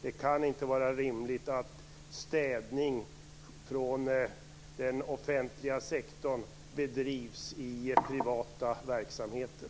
Det kan inte vara rimligt att städning bedrivs av den offentliga sektorn i privata verksamheter.